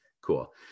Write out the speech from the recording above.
cool